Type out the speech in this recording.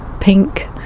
pink